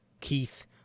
Keith